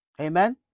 Amen